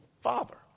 Father